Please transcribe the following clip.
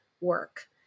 work